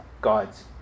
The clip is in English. God's